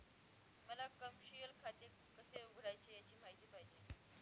मला कमर्शिअल खाते कसे उघडायचे याची माहिती पाहिजे